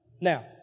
Now